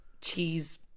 cheese